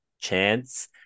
chance